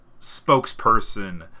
spokesperson